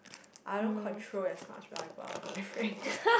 I don't control as much when I go out with my friends